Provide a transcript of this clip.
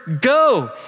go